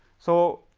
so,